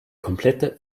komplette